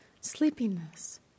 sleepiness